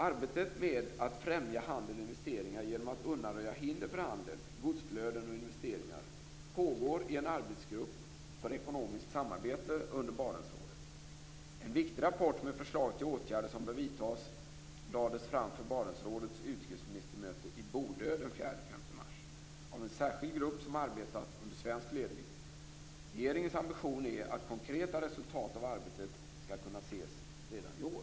Arbetet med att främja handel och investeringar genom att undanröja hinder för handel, godsflöden och investeringar pågår i en arbetsgrupp för ekonomiskt samarbete under Barentsrådet. En viktig rapport med förslag till åtgärder som bör vidtas lades fram för Barentsrådets utrikesministermöte i Bodö den 4-5 mars av en särskild grupp som arbetat under svensk ledning. Regeringens ambition är att konkreta resultat av arbetet skall kunna ses redan i år.